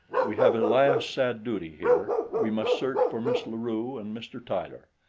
we have a last sad duty here we must search for miss la rue and mr. tyler.